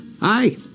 Hi